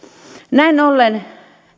näin ollen